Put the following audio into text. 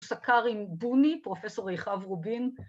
‫סקר עם בוני, פרופ' יחאב רובין.